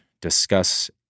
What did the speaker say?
discuss